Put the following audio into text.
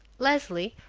leslie,